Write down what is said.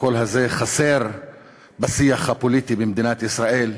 הקול הזה חסר בשיח הפוליטי במדינת ישראל: